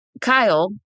Kyle